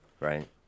right